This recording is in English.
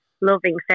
loving